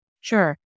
Sure